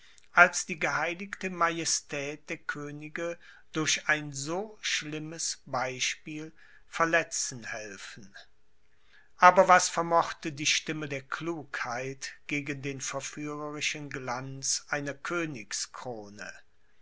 als die geheiligte majestät der könige durch ein so schlimmes beispiel verletzen helfen aber was vermochte die stimme der klugheit gegen den verführerischen glanz einer